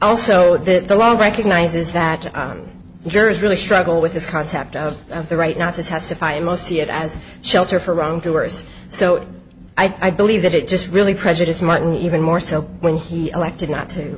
also that the long recognizes that jersey really struggle with this concept of the right not to testify and most see it as shelter for wrong doers so i believe that it just really prejudice martin even more so when he elected not to